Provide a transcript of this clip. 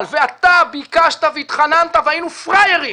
ואתה ביקשת והתחננת והיינו פראיירים,